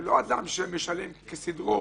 זה לא אדם שמשלם כסדרו,